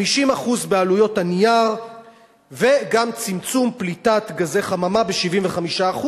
50% בעלויות הנייר וגם צמצום פליטת גזי חממה ב-75%,